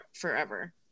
forever